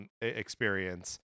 experience